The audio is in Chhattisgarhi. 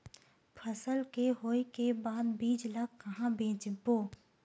फसल के होय के बाद बीज ला कहां बेचबो?